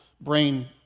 brain